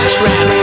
trap